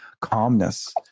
calmness